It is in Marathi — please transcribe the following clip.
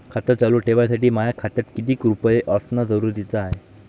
खातं चालू ठेवासाठी माया खात्यात कितीक रुपये असनं जरुरीच हाय?